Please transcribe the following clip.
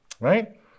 right